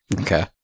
Okay